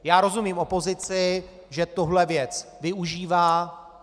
Já rozumím opozici, že tuhle věc využívá.